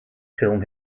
film